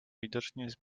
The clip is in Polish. widocznie